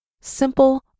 Simple